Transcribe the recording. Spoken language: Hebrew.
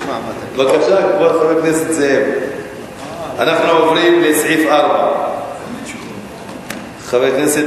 4172. אנחנו עוברים לסעיף 4. חבר הכנסת